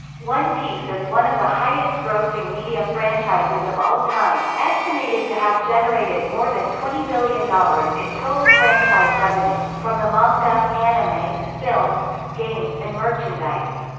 one piece is one of the highest-grossing media franchises of all time, estimated to have generated more than twenty billion dollars in total franchise revenue, from the manga, anime, films, games and merchandise.